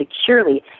securely